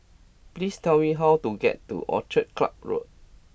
please tell me how to get to Orchid Club Road